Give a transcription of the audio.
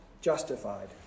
justified